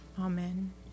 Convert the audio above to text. Amen